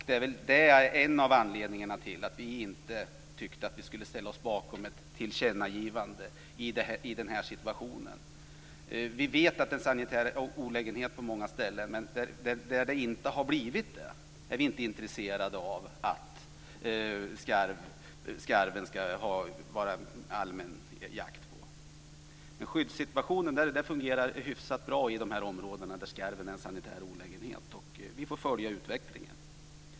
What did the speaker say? Det är en av anledningarna till att vi inte tyckte att vi skulle ställa oss bakom ett tillkännagivande i den här situationen. Vi vet att skarv är en sanitär olägenhet på många ställen, men där de inte har blivit det är vi inte intresserade av allmän jakt på skarv. Skyddssituationen fungerar hyfsat bra i de områden där skarven är en sanitär olägenhet. Vi får följa utvecklingen.